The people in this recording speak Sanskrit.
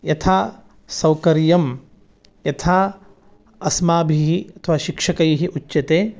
यथा सौकर्यं यथा अस्माभिः अथवा शिक्षकैः उच्यते